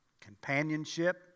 companionship